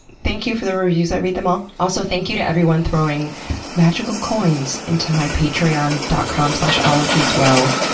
thank you for the reviews, i read them all. also, thank you to everyone throwing magical coins into my patreon dot com slash ologies well,